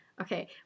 okay